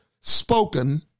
spoken